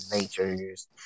natures